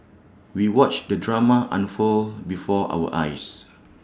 we watched the drama unfold before our eyes